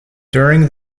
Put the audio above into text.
during